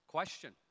Question